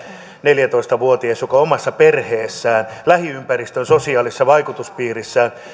neljätoista vuotias joka omassa perheessään lähiympäristön sosiaalisessa vaikutuspiirissään